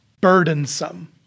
burdensome